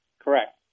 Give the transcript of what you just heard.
Correct